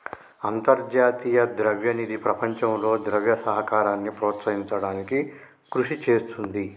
అంతర్జాతీయ ద్రవ్య నిధి ప్రపంచంలో ద్రవ్య సహకారాన్ని ప్రోత్సహించడానికి కృషి చేస్తుంది